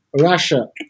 Russia